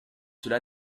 cela